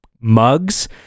mugs